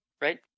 Right